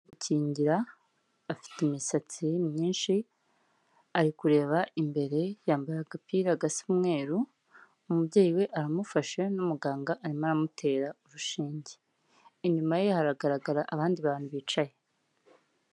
Kingira afite imisatsi myinshi, ari kureba imbere yambaye agapira gasa umweru, umubyeyi we aramufashe n'umuganga arimo aramutera urushinge. Inyuma ye haragaragara abandi bantu bicaye.